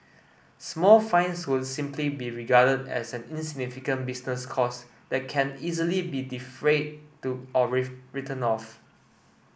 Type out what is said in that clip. small fines would simply be regarded as an insignificant business cost that can easily be defrayed to or written off